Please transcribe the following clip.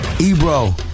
Ebro